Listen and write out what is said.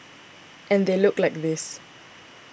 and they look like this